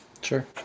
Sure